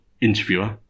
interviewer